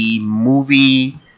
movie